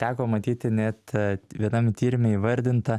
teko matyti net vienam tyrime įvardinta